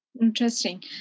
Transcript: Interesting